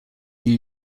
new